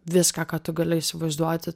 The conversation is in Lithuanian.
viską ką tu gali įsivaizduoti